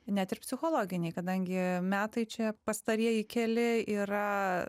net ir psichologiniai kadangi metai čia pastarieji keli yra